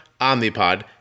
Omnipod